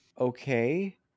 Okay